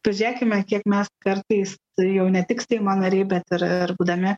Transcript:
pažiūrėkime kiek mes kartais tai jau ne tik seimo nariai bet ir ir būdami